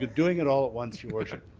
doing it all at once, your worship.